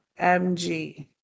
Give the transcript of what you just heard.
MG